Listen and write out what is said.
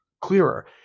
clearer